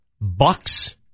Bucks